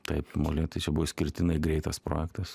taip molėtai čia buvo išskirtinai greitas projektas